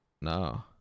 No